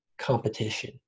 competition